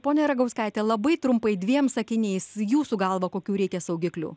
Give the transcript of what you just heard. ponia ragauskaite labai trumpai dviem sakiniais jūsų galva kokių reikia saugiklių